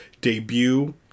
debut